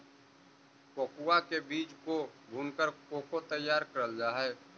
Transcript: cocoa के बीज को भूनकर कोको तैयार करल जा हई